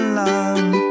love